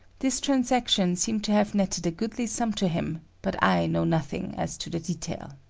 this transaction seemed to have netted a goodly sum to him, but i know nothing as to the detail.